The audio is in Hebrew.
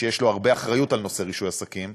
שיש לו הרבה אחריות על נושא רישוי עסקים,